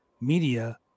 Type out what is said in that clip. media